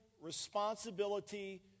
responsibility